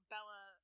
Bella